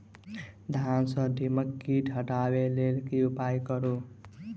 धान सँ दीमक कीट हटाबै लेल केँ उपाय करु?